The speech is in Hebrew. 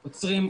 עוצרים,